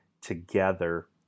together